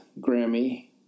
Grammy